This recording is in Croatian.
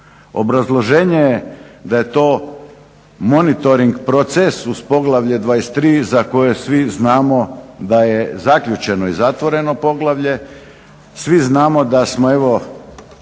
Obrazloženje je da je to monitoring proces uz Poglavlje 23. za koje svi znamo da je zaključeno i zatvoreno poglavlje. Svi znamo da smo evo